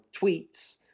tweets